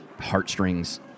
heartstrings